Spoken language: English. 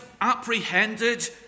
apprehended